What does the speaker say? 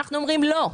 ואנחנו אומרים: לא,